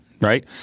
right